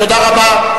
תודה רבה.